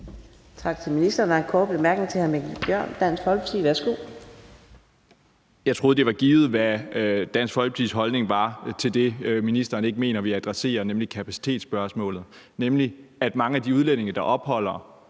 Jeg troede, det var givet, hvad Dansk Folkepartis holdning var til det, ministeren ikke mener vi adresserer, nemlig kapacitetsspørgsmålet: Mange af de udlændinge, der optager